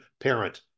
parent